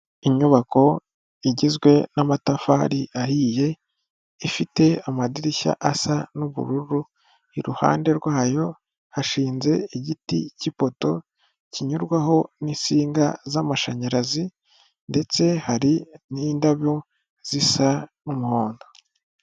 Inyubako igizwe n'amatafari ahiye, ifite amadirishya asa n'ubururu, iruhande rwayo hashinze igiti cy'ipoto kinyurwaho n'insinga z'amashanyarazi ndetse hari n'indabo zisa n'umuhondo.